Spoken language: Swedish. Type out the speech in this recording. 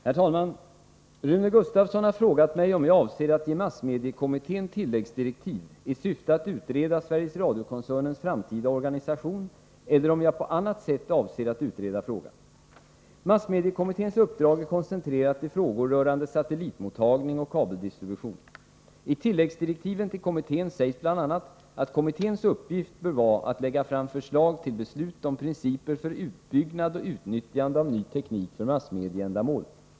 Herr talman! Rune Gustavsson har frågat mig om jag avser att ge massmediekommittén tilläggsdirektiv i syfte att utreda Sveriges Radio-koncernens framtida organisation eller om jag på annat sätt avser utreda frågan. Massmediekommitténs uppdrag är koncentrerat till frågor rörande satellitmottagning och kabeldistribution. I tilläggsdirektiven till kommittén sägs bl.a. att kommitténs uppgift bör vara att lägga fram förslag till beslut om principer för utbyggnad och utnyttjande av ny teknik för massmedieändamål.